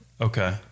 Okay